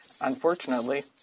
unfortunately